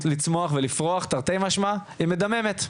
לצמוח ולפרוח תרתי משמע והיא מדממת.